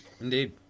Indeed